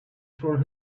for